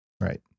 Right